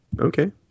Okay